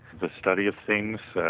the study of things,